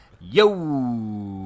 Yo